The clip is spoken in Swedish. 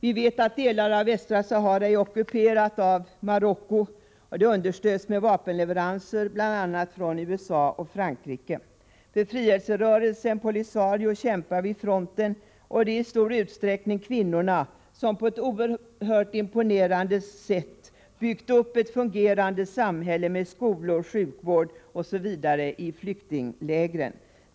Vi vet att delar av Västra Sahara är ockuperade av Marocko, och det understöds med vapenleveranser från bl.a. USA och Frankrike. Befrielserörelsen Polisario kämpar vid fronten, och det är i stor utsträckning kvinnorna som på ett oerhört imponerande sätt byggt upp ett fungerande samhälle med skolor, sjukvård osv. i flyktinglägren.